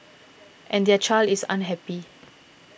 and their child is unhappy